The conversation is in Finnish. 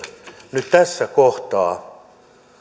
nyt tässä kohtaa